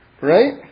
Right